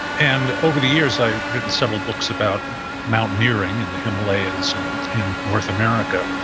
and over the years, i've written several books about mountaineering in the himalayas and in north america,